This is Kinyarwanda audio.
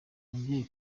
mubyeyi